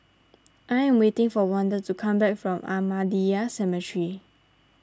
I am waiting for Wanda to come back from Ahmadiyya Cemetery